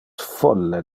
folle